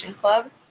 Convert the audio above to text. Club